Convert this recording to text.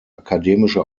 akademische